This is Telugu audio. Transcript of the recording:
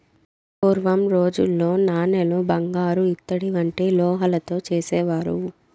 పూర్వం రోజుల్లో నాణేలు బంగారు ఇత్తడి వంటి లోహాలతో చేసేవారు